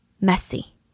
messy